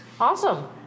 Awesome